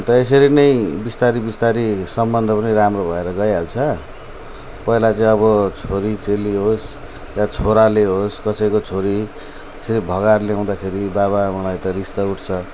अन्त यसरी नै बिस्तारै बिस्तारै सम्बन्ध पनि राम्रो भएर गइहाल्छ पहिला चाहिँ अब छोरीचेली होस् या छोराले होस् कसैको छोरी यसरी भगाएर ल्याउँदाखेरि बाबाआमालाई त रिस त उठ्छ